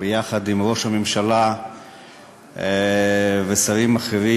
ביחד עם ראש הממשלה ושרים אחרים,